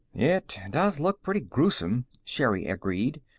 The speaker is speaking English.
it does look pretty gruesome, sherri agreed.